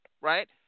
right